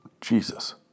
Jesus